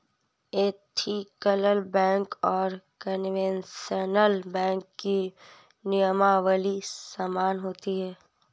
ethical bank और conventional bank की नियमावली समान होती है